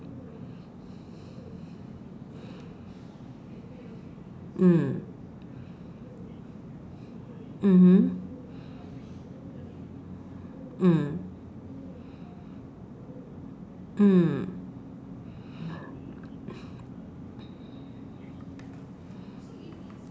mm mmhmm mm mm